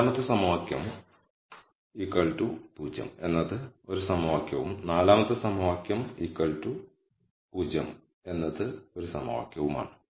അഞ്ചാമത്തെ സമവാക്യം 0 എന്നത് 1 സമവാക്യവും നാലാമത്തെ സമവാക്യം 0 എന്നത് 1 സമവാക്യവുമാണ്